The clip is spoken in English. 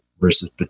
versus